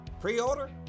Pre-order